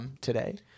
today